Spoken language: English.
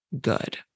good